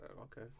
Okay